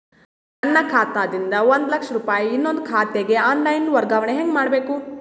ನನ್ನ ಖಾತಾ ದಿಂದ ಒಂದ ಲಕ್ಷ ರೂಪಾಯಿ ನನ್ನ ಇನ್ನೊಂದು ಖಾತೆಗೆ ಆನ್ ಲೈನ್ ವರ್ಗಾವಣೆ ಹೆಂಗ ಮಾಡಬೇಕು?